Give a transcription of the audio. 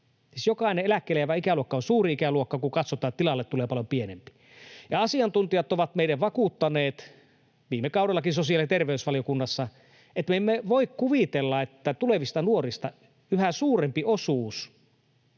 jokainen eläkkeelle jäävä ikäluokka on suuri ikäluokka, kun katsotaan, että tilalle tulee paljon pienempi. Ja asiantuntijat ovat meille vakuuttaneet, viime kaudellakin sosiaali- ja terveysvaliokunnassa, että me emme voi kuvitella, että tulevista nuorista yhä suurempi osuus